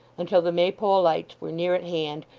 until the maypole lights were near at hand,